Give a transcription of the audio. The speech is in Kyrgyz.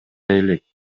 элек